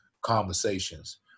conversations